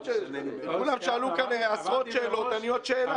כולם שאלו עשרות שאלות, אני עוד שאלה.